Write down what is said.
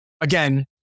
Again